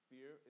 Fear